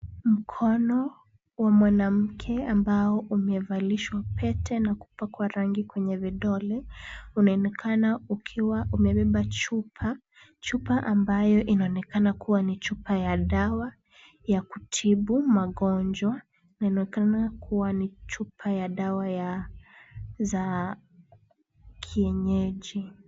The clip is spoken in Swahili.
Mkono wa mwanamke ambao umevalishwa pete na kupakwa rangi kwenye vidole unaonekana ukiwa umebeba chupa, chupa ambayo inaonekana kuwa ni chupa ya dawa ya kutibu magonjwa. Inaonekana kuwa ni chupa ya dawa za kienyeji.